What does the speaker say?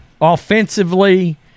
offensively